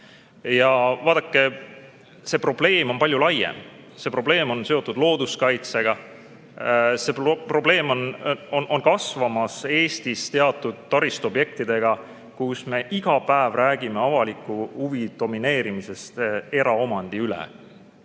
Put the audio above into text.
Vaadake, see probleem on palju laiem. See probleem on seotud looduskaitsega. See probleem on kasvamas Eestis teatud taristuobjektide puhul, millega seoses me iga päev räägime avaliku huvi domineerimisest eraomandi üle.